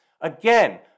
Again